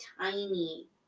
tiny